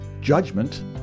judgment